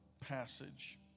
passage